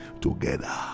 together